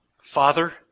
Father